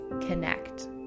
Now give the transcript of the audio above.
connect